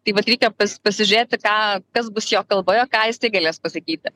tai vat reikia pa pasižiūrėti ką kas bus jo kalboje ką jis tai galės pasakyti